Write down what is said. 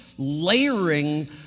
layering